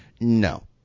No